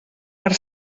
per